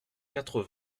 quatre